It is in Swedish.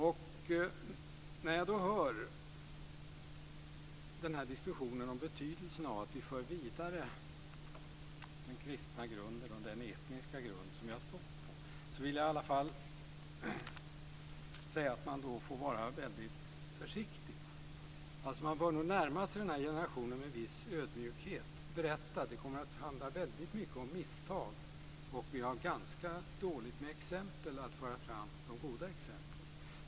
När jag då hör den här diskussionen om betydelsen av att vi för vidare den kristna grunden och den etniska grund som vi har stått på vill jag i alla fall säga att man då får vara väldigt försiktig. Man bör nog närma sig den här generationen med viss ödmjukhet och berätta. Och det kommer att handla väldigt mycket om misstag, och vi har ganska dåligt med goda exempel att föra fram.